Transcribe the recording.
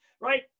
right